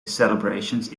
celebrations